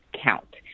count